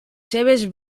seves